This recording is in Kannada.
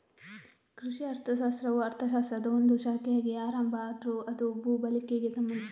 ಕೃಷಿ ಅರ್ಥಶಾಸ್ತ್ರವು ಅರ್ಥಶಾಸ್ತ್ರದ ಒಂದು ಶಾಖೆಯಾಗಿ ಆರಂಭ ಆದ್ರೂ ಅದು ಭೂ ಬಳಕೆಗೆ ಸಂಬಂಧಿಸಿದೆ